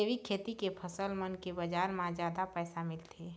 जैविक खेती के फसल मन के बाजार म जादा पैसा मिलथे